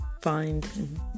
find